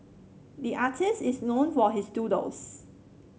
the artist is known for his doodles